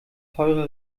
teure